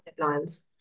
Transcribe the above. deadlines